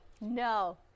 No